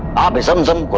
aabe zam zam